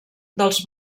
dels